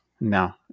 No